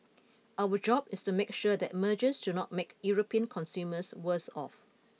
our job is to make sure that mergers do not make European consumers worse off